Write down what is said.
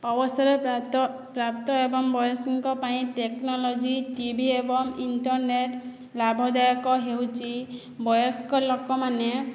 ଅବସର ପ୍ରାପ୍ତ ପ୍ରାପ୍ତ ଏବଂ ବୟସଙ୍କ ପାଇଁ ଟେକନୋଲଜି ଟି ଭି ଏବଂ ଇଣ୍ଟରନେଟ୍ ଲାଭ ଦାୟକ ହେଉଛି ବୟସ୍କ ଲୋକମାନେ